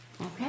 Okay